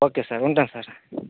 okay sir ఉంటాను sir